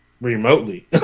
remotely